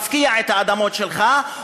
מפקיע את האדמות שלך,